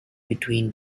between